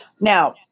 Now